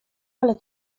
ale